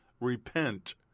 Repent